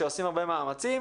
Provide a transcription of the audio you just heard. ושעושים הרבה מאמצים.